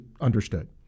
understood